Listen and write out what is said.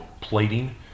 plating